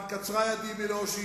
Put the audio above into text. אבל יאמר: קצרה ידי מלהושיע,